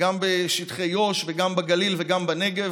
גם בגליל וגם בנגב,